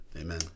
Amen